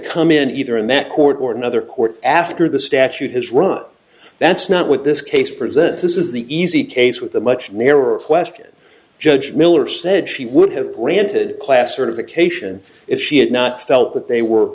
come in either in that court or another court after the statute has run that's not what this case presents this is the easy case with the much nearer question judge miller said she would have granted class certification if she had not felt that they were